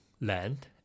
land